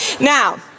Now